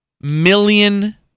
million